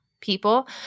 people